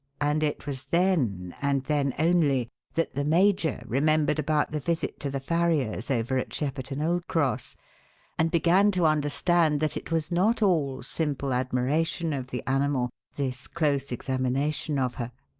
and it was then and then only that the major remembered about the visit to the farrier's over at shepperton old cross and began to understand that it was not all simple admiration of the animal, this close examination of her.